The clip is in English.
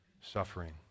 suffering